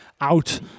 out